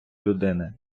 людини